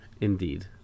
Indeed